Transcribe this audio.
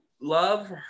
love